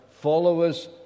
followers